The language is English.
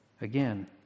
Again